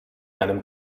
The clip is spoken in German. einem